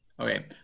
okay